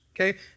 Okay